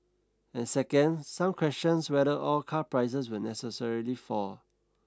and second some questions whether all car prices will necessarily fall